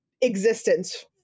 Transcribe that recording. existence